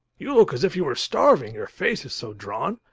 you look as if you were starving, your face is so drawn.